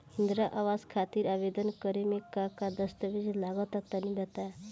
इंद्रा आवास खातिर आवेदन करेम का का दास्तावेज लगा तऽ तनि बता?